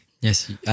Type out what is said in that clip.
Yes